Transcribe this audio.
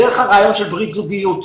דרך הרעיון של ברית זוגיות,